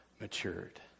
matured